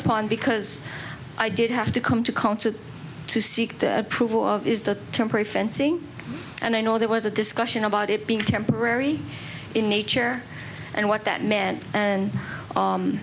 upon because i did have to come to a concert to seek the approval is that temporary fencing and i know there was a discussion about it being temporary in nature and what that meant and